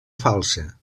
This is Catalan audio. falsa